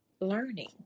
learning